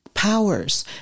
powers